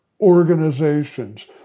organizations